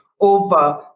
over